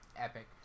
epic